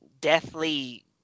deathly